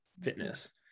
fitness